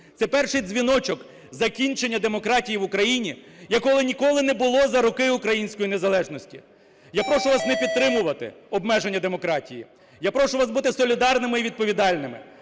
Це перший дзвіночок закінчення демократії в Україні, якого ніколи не було за роки української незалежності. Я прошу вас не підтримувати обмеження демократії. Я прошу вас бути солідарними і відповідальними.